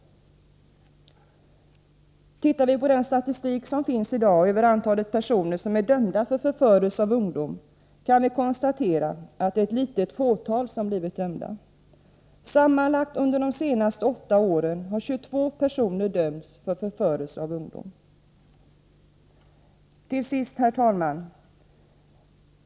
Ser vi på den statistik som finns i dag över antalet personer som är dömda för förförelse av ungdom, kan vi konstatera att det är ett litet fåtal som blivit dömda. Sammanlagt under de senaste åtta åren har 22 personer dömts för förförelse av ungdom. Till sist, herr talman!